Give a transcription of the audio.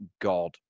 god